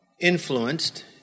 influenced